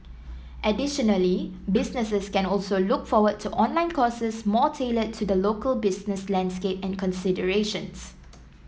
additionally businesses can also look forward to online courses more tailored to the local business landscape and considerations